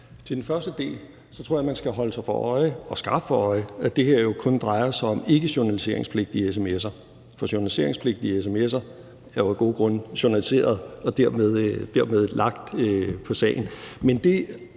til den første del tror jeg, man skal holde sig skarpt for øje, at det her jo kun drejer sig om ikkejournaliseringspligtige sms'er, for journaliseringspligtige sms'er er jo af gode grunde journaliseret og dermed lagt på sagen.